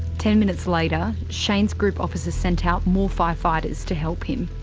ten minutes later, shane's group officer sent out more firefighters to help him.